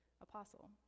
apostle